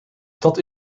dat